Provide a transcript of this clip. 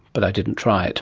but i didn't try it